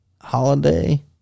holiday